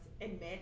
admit